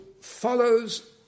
follows